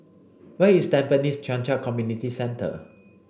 where is Tampines Changkat Community Centre